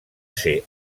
ser